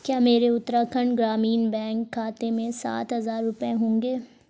کیا میرے اتراکھنڈ گرامین بینک کھاتے میں سات ہزار روپے ہوںگے